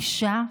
אישה,